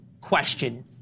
question